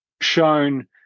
shown